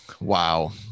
Wow